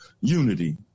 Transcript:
unity